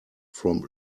from